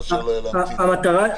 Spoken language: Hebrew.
מאשר להמציא דברים.